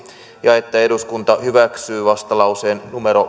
ja että eduskunta hyväksyy vastalauseen